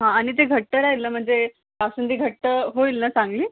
हा आणि ते घट्ट राहील ना म्हणजे बासुंदी घट्ट होईल ना चांगली